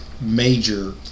major